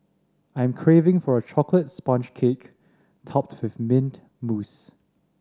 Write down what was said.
I am craving for a chocolate sponge cake topped with mint mousse